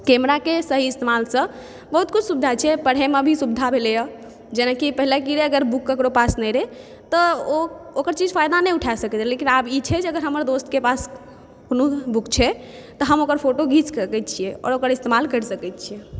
camera के सही इस्तेमाल सॅं बहुत किछु सुविधा छै पढ़यमे भी सुविधा भेलै हँ जेनाकि पहिले की रहै अगर बुक केकरो पास नहि रहै तऽ ओ ओकर चीज फ़ायदा नहि उठा सकै छै लेकिन आब ई छै जे हमर दोस्त के पास कोनो बुक छै त हम ओकर फ़ोटो घींच सकै छियै आओर ओकर इस्तेमाल करि सकै छियै